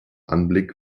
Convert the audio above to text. anblick